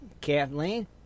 Kathleen